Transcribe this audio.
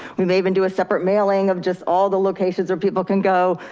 we may even do a separate mailing of just all the locations where people can go.